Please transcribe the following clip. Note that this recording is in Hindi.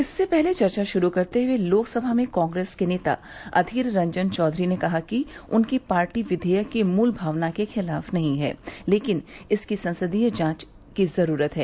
इससे पहले चर्चा शुरू करते हुए लोकसभा में कांग्रेस के नेता अधीर रंजन चौधरी ने कहा कि उनकी पार्टी विधेयक की मूल भावना के खिलाफ नहीं है लेकिन इसकी संसदीय जांच की जरूरत है